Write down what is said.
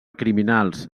criminals